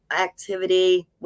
activity